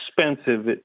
expensive